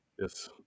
Yes